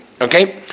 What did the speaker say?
Okay